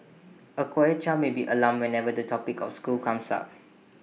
A quiet child may be alarmed whenever the topic of school comes up